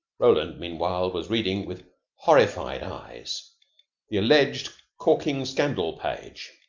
roland, meanwhile, was reading with horrified eyes the alleged corking scandal page.